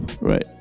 Right